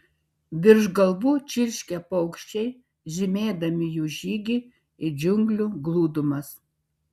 virš galvų čirškė paukščiai žymėdami jų žygį į džiunglių glūdumas